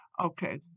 Okay